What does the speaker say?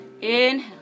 Inhale